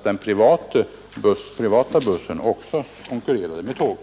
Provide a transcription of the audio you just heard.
tänkas att privata bussar konkurrerar med tåget?